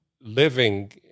living